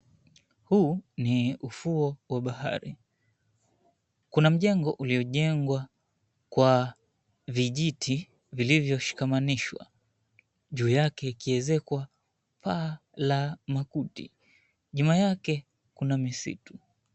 Huu ni ufuo wa bahari. Kuna mjengo uliojengwa kwa vijiti vilivyo shikamanishwa. Juu yake ikiezekwa paa la makuti. Nyuma yake kuna misitu.